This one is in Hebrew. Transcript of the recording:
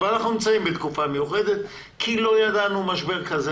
ואנחנו נמצאים בתקופה מיוחדת כי מעולם לא ידענו משבר כזה,